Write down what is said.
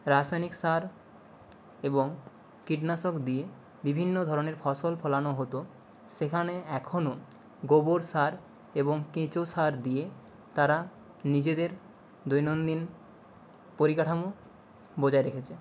রাসায়নিক সার এবং কীটনাশক দিয়ে বিভিন্ন ধরনের ফসল ফলানো হতো সেখানে এখনও গোবর সার এবং কেঁচো সার দিয়ে তারা নিজেদের দৈনন্দিন পরিকাঠামো বজায় রেখেছে